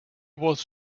was